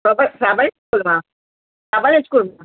fable fable school मां fable school मां